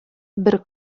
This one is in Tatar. бер